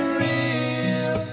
real